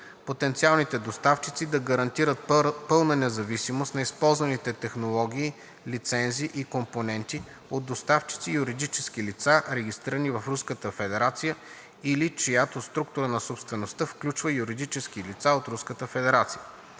Потенциалните доставчици да гарантират пълна независимост на използваните технологии, лицензи и компоненти от доставчици и юридически лица, регистрирани в Руската федерация или чиято структура на собствеността включва юридически лица от